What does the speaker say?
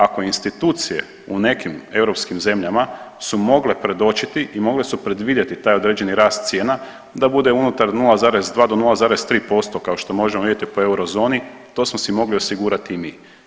Ako institucije u nekim europskim zemljama su mogle predočiti i mogle su predvidjeti taj određeni rast cijena, da bude unutar 0,2 do 0,3%, kao što možemo vidjeti po Eurozoni, to smo si mogli osigurati i mi.